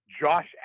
josh